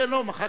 כן, כן מחקתי.